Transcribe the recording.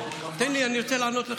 אני רוצה לענות לך.